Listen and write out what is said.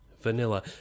vanilla